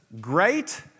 great